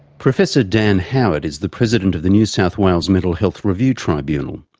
professor dan howard is the president of the new south wales mental health review tribunal.